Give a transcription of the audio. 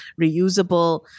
reusable